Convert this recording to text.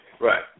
Right